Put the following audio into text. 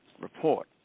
report